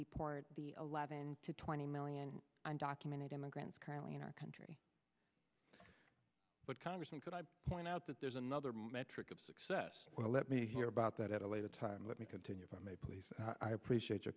deport the eleven to twenty million undocumented immigrants currently in our country but congressman could i point out that there's another metric of success well let me hear about that at a later time let me continue from a place i appreciate your